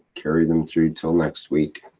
carry them through till next week.